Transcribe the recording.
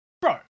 bro